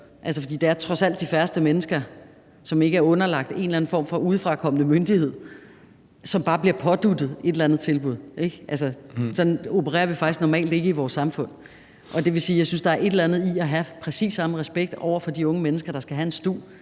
det er trods alt de færreste mennesker, som ikke er underlagt en eller anden form for udefra kommende myndighed, der bare bliver påduttet et eller andet tilbud. Altså, sådan opererer vi faktisk normalt ikke i vores samfund. Og det vil sige, at jeg synes, at der er et eller andet i at have præcis samme respekt over for de unge mennesker, der skal have en stu,